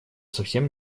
совсем